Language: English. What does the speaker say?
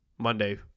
monday